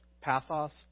pathos